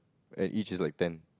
and each is like ten